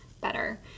better